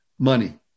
Money